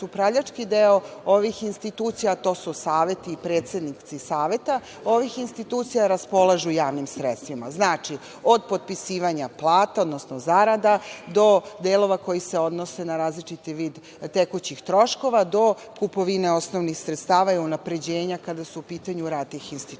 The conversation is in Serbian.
upravljački deo ovih institucija, a to su saveti i predsednici saveta ovih institucija raspolažu javnim sredstvima. Znači, od potpisivanja plata, odnosno zarada do delova koji se odnose na različiti vid tekućih troškova do kkupovine osnovnih sredstava i unapređenja, kada je u pitanju rad tih institucija.Zašto